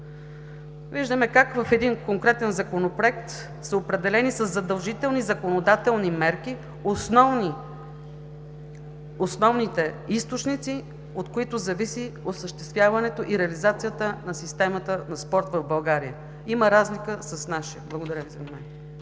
Виждаме как в един конкретен законопроект са определени със задължителни законодателни мерки основните източници, от които зависи осъществяването и реализацията на системата на спорт в България. Има разлика с нашия. Благодаря Ви за вниманието.